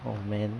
oh man